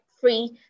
free